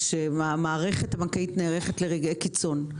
שהמערכת הבנקאית נערכת לרגעי קיצון.